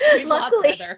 Luckily